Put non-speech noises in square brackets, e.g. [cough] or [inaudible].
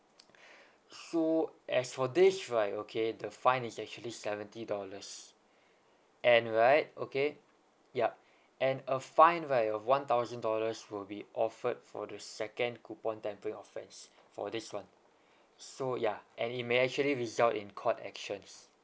[breath] so as for this right okay the fine is actually seventy dollars and right okay yup and a fine whereof one thousand dollars will be offered for the second coupon tampering offence for this one so ya and it may actually result in court actions